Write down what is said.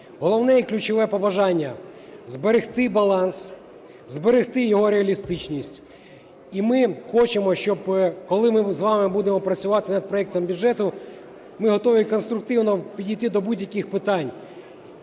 Головне і ключове побажання: зберегти баланс, зберегти його реалістичність. І ми хочемо, щоб… Коли ми з вами будемо працювати над проектом бюджету, ми готові конструктивно підійти до будь-яких питань.